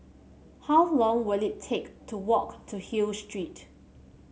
how long will it take to walk to Hill Street